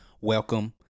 welcome